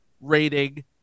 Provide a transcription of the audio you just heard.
rating